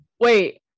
wait